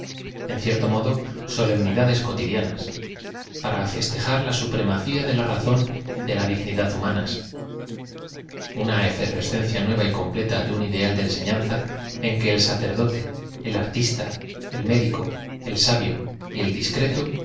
en cierto modo flolemnijades cotidiana para festejar la supre m acía de la razón y de la dignidad humanas una efiorescencia nueva y completa de un ideal de enseñanza en que el sacerdote el artista y el médico e l sabio y e l discreto